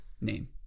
name